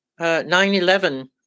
9-11